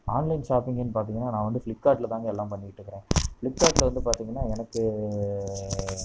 online ஷாப்பிங்கினு பார்த்திங்கனா நான் வந்து ஃப்ளிப்கார்ட்ல தாங்க எல்லாம் பண்ணிட்டு இருக்குறேன் ஃப்ளிப்கார்ட்ல வந்து பார்த்திங்கனா எனக்கு